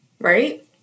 Right